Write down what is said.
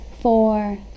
four